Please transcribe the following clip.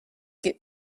get